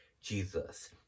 Jesus